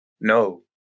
No